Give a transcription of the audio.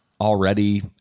already